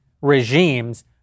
regimes